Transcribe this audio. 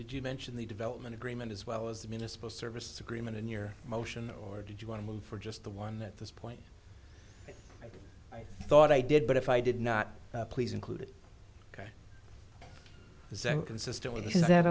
did you mention the development agreement as well as the municipal services agreement in your motion or did you want to move for just the one that this point i thought i did but if i did not please include it ok is inconsistent with this is that